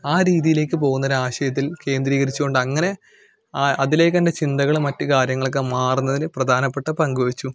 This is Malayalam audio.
ആ രീതിയിലേക്ക് പോകുന്ന ഒരാശയത്തിൽ കേന്ദ്രികരിച്ചു കൊണ്ട് അങ്ങനെ ആ അതിലേക്ക് തന്നെ ചിന്തകള് മറ്റുകാര്യങ്ങളൊക്കെ മാറുന്നതിന് പ്രധാനപ്പെട്ട പങ്കു വഹിച്ചു